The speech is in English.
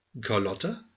Carlotta